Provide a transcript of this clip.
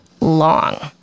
long